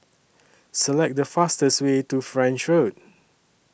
Select The fastest Way to French Road